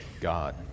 God